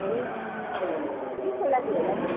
ए केको लागि होला नि